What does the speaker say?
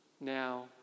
now